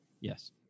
Yes